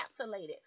encapsulated